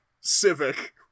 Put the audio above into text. Civic